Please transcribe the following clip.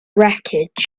wreckage